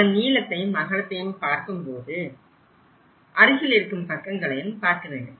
அதன் நீளத்தையும் அகலத்தையும் பார்க்கும்போது அருகில் இருக்கும் பக்கங்களையும் பார்க்க வேண்டும்